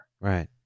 Right